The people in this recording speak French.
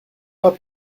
pas